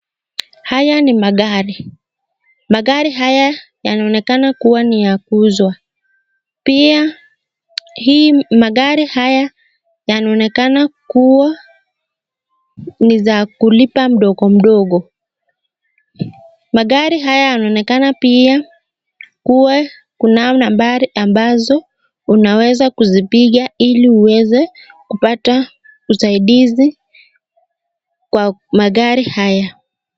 Haya ni magari magari haya yanaonekana kuwa ni ya kuuzwa pia mgari haya yanaonekana kuwa ni za kulipa mdogo mdogo magari haya yanaonekana pia kuwa kunayo nambari aqmbazo unaweza kuzipiga ili uweze kupata usaidizi kwa magari haya.